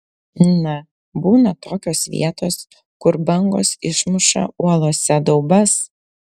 na būna tokios vietos kur bangos išmuša uolose daubas